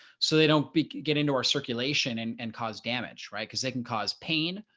so they don't get into our circulation and and cause damage right because they can cause pain.